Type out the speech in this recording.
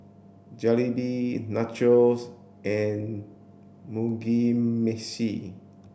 Jalebi Nachos and Mugi Meshi